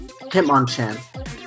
hitmonchan